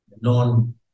non